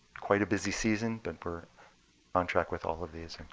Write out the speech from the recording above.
quite a busy season, but we're on track with all of these.